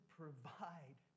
provide